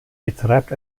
betreibt